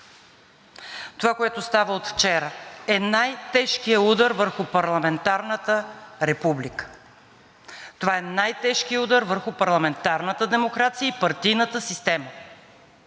Това, което става от вчера, е най-тежкият удар върху парламентарната република. Това е най-тежкият удар върху парламентарната демокрация и партийната система.